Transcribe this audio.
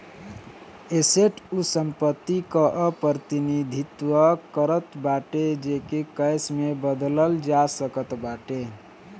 asset उ संपत्ति कअ प्रतिनिधित्व करत बाटे जेके कैश में बदलल जा सकत बाटे